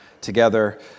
together